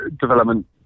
development